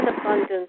abundance